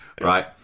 Right